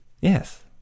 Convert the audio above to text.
Yes